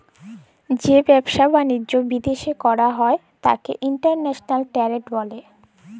যে ব্যাবসা বালিজ্য বিদ্যাশে কইরা হ্যয় ত্যাকে ইন্টরন্যাশনাল টেরেড ব্যলে